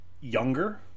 younger